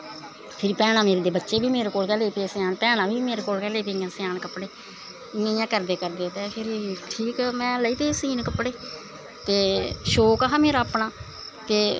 मेरा भैनां दे बच्चें बी मेरे कोल गै लगी पे स्यान भैनां बी मेरे कोल गै स्यान लगी पेईयां कपड़े ते इयां करदे करदे फिर में लगी पेई सीन कपड़े ते शौंक हा मेरा अपना ते